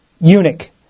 eunuch